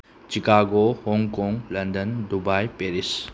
Chicago Hong Kong London Dubai Paris